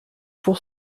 pour